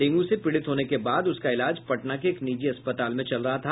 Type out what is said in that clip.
dengue से पीड़ित होने के बाद उसका इलाज पटना के एक निजी अस्पताल में चल रहा था